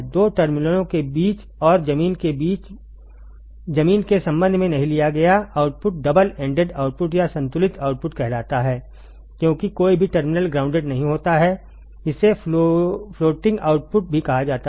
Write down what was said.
दो टर्मिनलों के बीच और जमीन के संबंध में नहीं लिया गया आउटपुट डबल एंडेड आउटपुट या संतुलित आउटपुट कहलाता है क्योंकि कोई भी टर्मिनल ग्राउंडेड नहीं होता है इसे फ्लोटिंग आउटपुट भी कहा जाता है